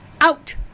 out